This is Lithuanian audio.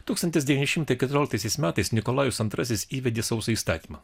tūkstantis devyni šimtai keturioliktaisiais metais nikolajus antrasis įvedė sausą įstatymą